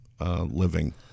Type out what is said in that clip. living